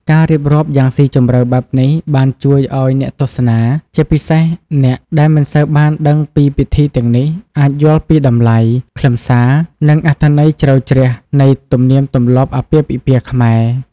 ការរៀបរាប់យ៉ាងស៊ីជម្រៅបែបនេះបានជួយឲ្យអ្នកទស្សនា ជាពិសេសអ្នកដែលមិនសូវបានដឹងពីពិធីទាំងនេះ អាចយល់ពីតម្លៃ ខ្លឹមសារ និងអត្ថន័យជ្រៅជ្រះនៃទំនៀមទម្លាប់អាពាហ៍ពិពាហ៍ខ្មែរ។